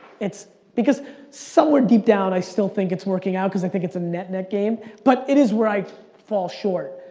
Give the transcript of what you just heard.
its, because somewhere deep down, i still think it's working out, cause i think it's a net-net game, but it is where i fall short,